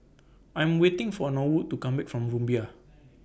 I'm waiting For Norwood to Come Back from Rumbia